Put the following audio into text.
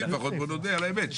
אבל עובדתית לפחות בוא נודה על האמת,